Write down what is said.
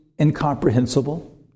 incomprehensible